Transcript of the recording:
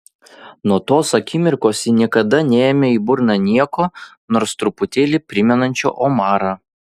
nuo tos akimirkos ji niekada neėmė į burną nieko nors truputėlį primenančio omarą